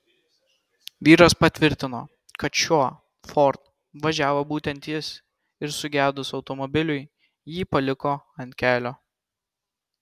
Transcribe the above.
vyras patvirtino kad šiuo ford važiavo būtent jis ir sugedus automobiliui jį paliko ant kelio